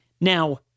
Now